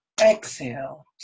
Exhale